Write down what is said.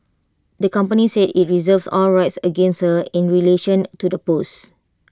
the company said IT reserves all rights against her in relation to the post